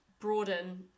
broaden